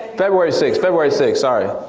february sixth. february sixth, sorry.